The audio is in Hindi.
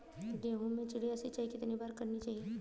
गेहूँ में चिड़िया सिंचाई कितनी बार करनी चाहिए?